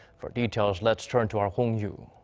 for details let's turn to our hong yoo.